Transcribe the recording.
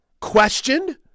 questioned